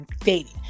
dating